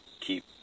keep